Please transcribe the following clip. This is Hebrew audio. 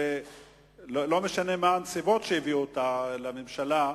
לא משנה מה הנסיבות שהביאו את הממשלה להחלטה.